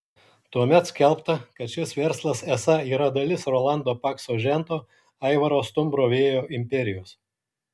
tuomet skelbta kad šis verslas esą yra dalis rolando pakso žento aivaro stumbro vėjo imperijos